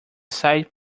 side